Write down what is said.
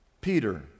Peter